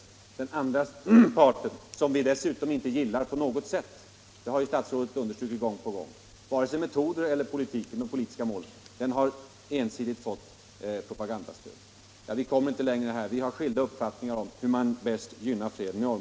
Nr 42 Den andra parten, vars metoder och politiska mål vi dessutom inte gillar Torsdagen den —- det har utrikesministern gång på gång understrukit — har ensidigt fått 11 december 1975 propagandastöd. Vi kommer väl nu inte längre i debatten. Vi har skilda uppfattningar Om eventuellt om hur man bäst gynnar freden i området.